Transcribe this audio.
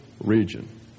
region